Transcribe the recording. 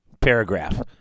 Paragraph